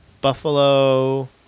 Buffalo